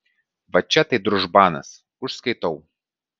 va čia tai družbanas užskaitau